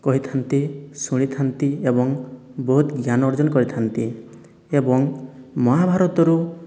କହିଥାନ୍ତି ଶୁଣିଥାନ୍ତି ଏବଂ ବହୁତ ଜ୍ଞାନ ଅର୍ଜନ କରିଥାନ୍ତି ଏବଂ ମହାଭାରତରୁ